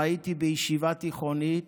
ראיתי בישיבה התיכונית